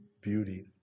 beauty